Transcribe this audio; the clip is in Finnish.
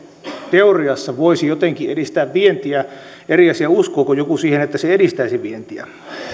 teoriassa voisi jotenkin edistää vientiä eri asia uskooko joku siihen että se edistäisi vientiä